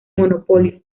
monopolio